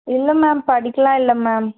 இல்லை மேம் படிக்கலாம் இல்லை மேம்